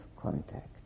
contact